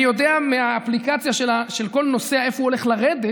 יודע מהאפליקציה של כל נוסע איפה הוא הולך לרדת,